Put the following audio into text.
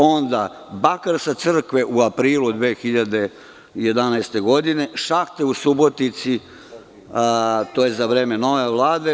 Onda, bakar sa Crkve u aprilu 2011. godine i šahte u Subotici za vreme nove Vlade.